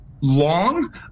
long